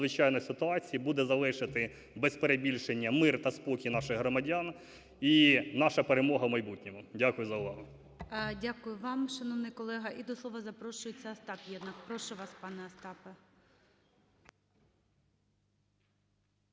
Дякую вам, шановний колега. І до слова запрошується ОстапЄднак. Прошу вас, пане Остапе.